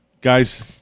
Guys